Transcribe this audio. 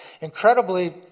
incredibly